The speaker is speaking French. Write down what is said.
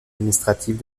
administrative